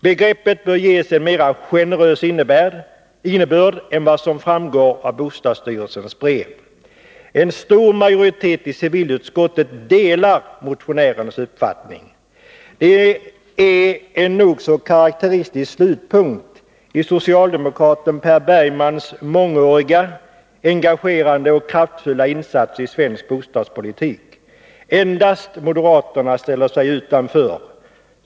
Begreppet bör ges en mera generös innebörd än vad som framgår av bostadsstyrelsens brev. En stor majoritet i civilutskottet delar motionärens uppfattning. Det är en nogså karakteristisk slutpunkt i socialdemokraten Per Bergmans mångåriga, engagerade och kraftfulla insats i svensk bostadspolitik. Endast moderaterna ställer sig utanför.